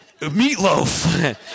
Meatloaf